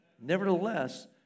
Nevertheless